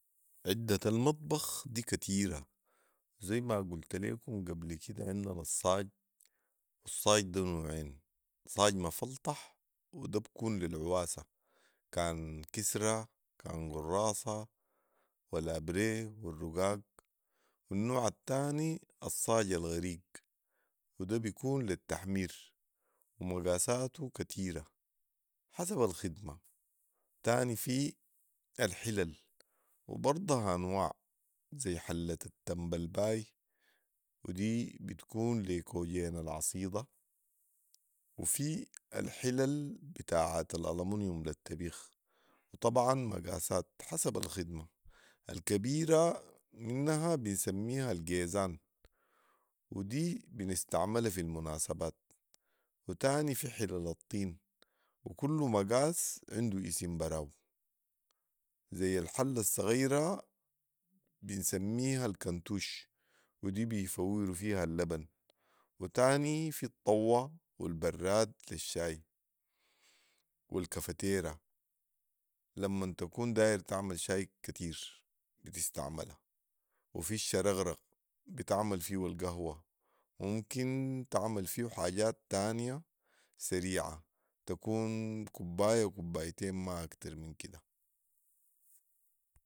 عدة المطبخ دي كتيره وذي ما قلت ليكم قبل كده عندنا الصاج، و الصاج ده نوعين، صاج مفلطح و ده بيكون للعواسة كان كسرة كان قراصة والابري و الرقاق. النوع التاني الصاج الغريق و ده بيكون للتحمير و مقاساته كتيرة حسب الخدمة و تاني في الحِلل و برضها انواع ذي حلة التمبل باي و دي بتكون لي كوجين العصيدة و في الحلل بتاعة الالمونيم للطبيخ و طبعا مقاسات حسب الخدمة الكبيره منها بنسميها القيزان و دي بنستعملها في المناسبات و تاني في حلل الطين و كل مقاس عنده اسم براو ذي الحلة الصغيرة بنسميها الكنتوش و دي بيفوروا فيها اللبن و تاني في الطوة و البراد للشاي و الكفتيرة لمن تكون داير تعمل شاي كتير بتستعملها وفي الشرغرغ بتتعمل فيو القهوه وممكن تتعمل فيو حاجات تانيه سريعه تكون كبايه كبايتين ما اكترمن كده